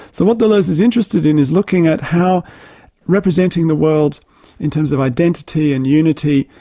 so what deleuze is interested in is looking at how representing the world in terms of identity and unity,